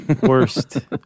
worst